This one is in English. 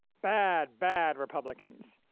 bad, bad republicans.